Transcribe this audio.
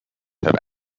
have